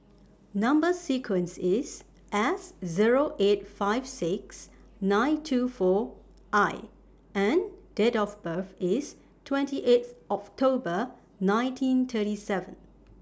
Number sequence IS S Zero eight five six nine two four I and Date of birth IS twenty eighth October nineteen thirty seven